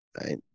Right